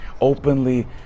Openly